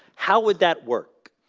how would that work?